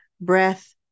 breath